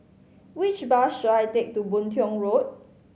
which bus should I take to Boon Tiong Road